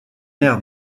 aire